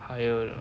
hire or not